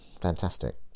fantastic